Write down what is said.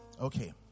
Okay